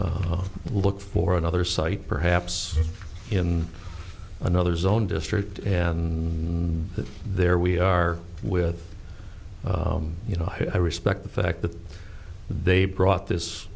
look for another site perhaps in another zone district and there we are with you know i respect the fact that they brought this